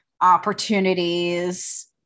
opportunities